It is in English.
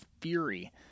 Fury